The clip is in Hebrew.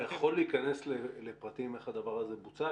יכול להיכנס לפרטים איך הדבר הזה בוצע?